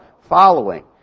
following